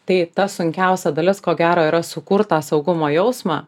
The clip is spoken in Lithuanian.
tai ta sunkiausia dalis ko gero yra sukurt tą saugumo jausmą